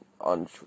on